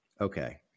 Okay